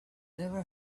never